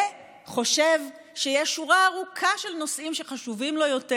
וחושב שיש שורה ארוכה של נושאים שחשובים לו יותר